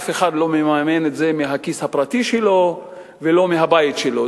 אף אחד לא מממן את זה מהכיס הפרטי שלו ולא מהבית שלו.